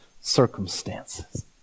circumstances